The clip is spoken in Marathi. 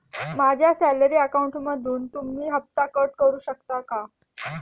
माझ्या सॅलरी अकाउंटमधून तुम्ही हफ्ता कट करू शकता का?